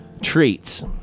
treats